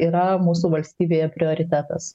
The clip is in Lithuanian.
yra mūsų valstybėje prioritetas